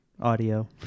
audio